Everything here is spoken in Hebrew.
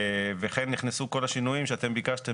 וכן נכנסו כל השינויים שאתם ביקשתם